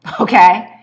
okay